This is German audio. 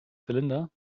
zylinder